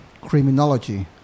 Criminology